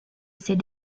ses